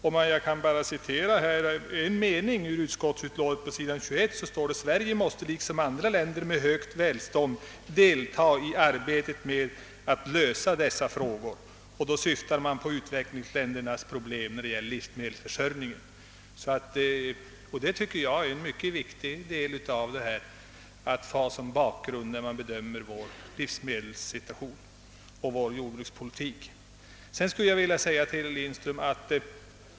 Låt mig bara citera en mening ur utskottsutlåtandet på s. 21, där det heter: »Sverige måste liksom andra länder med högt välstånd delta i arbetet med att lösa dessa frågor.» Då syftar man på utvecklingsländernas problem, och jag tycker det är mycket viktigt att ha detta som bakgrund vid bedömningen av vår livsmedelssituation och vår jordbrukspolitik.